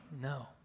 No